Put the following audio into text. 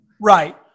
Right